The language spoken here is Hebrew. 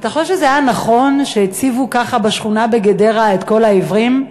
אתה חושב שזה היה נכון שהציבו ככה בשכונה בגדרה את כל העיוורים?